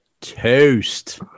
toast